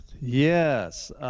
Yes